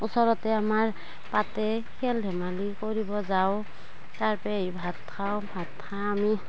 ওচৰতে আমাৰ তাতে খেল ধেমালি কৰিব যাওঁ তাৰ পৰা আহি ভাত খাওঁ ভাত খাই আমি